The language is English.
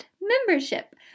Membership